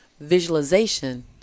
visualization